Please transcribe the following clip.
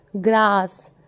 Grass